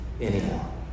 anymore